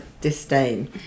disdain